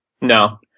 No